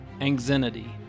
anxiety